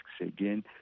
again